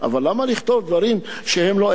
אבל למה לכתוב דברים שהם לא אמת,